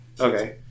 Okay